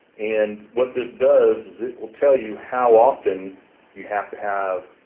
and what this does, it will tell you how often you have to have